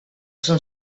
són